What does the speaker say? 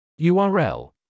url